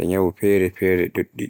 nden fow e jaatigi ɓe.